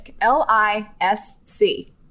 L-I-S-C